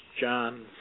John